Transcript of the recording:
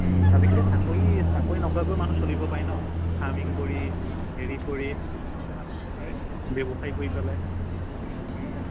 আজিকালি চাকৰি চাকৰি নকৰাকৈ মানুহ চলিব পাৰে ন ফাৰ্মিং কৰি হেৰি কৰি ব্যৱসায় কৰি পেলাই